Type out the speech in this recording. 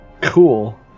Cool